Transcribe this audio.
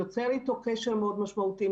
יוצר איתו קשר מאוד משמעותי,